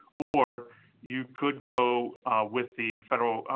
or you could go with the federal,